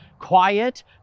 quiet